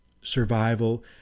survival